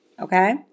Okay